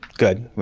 good.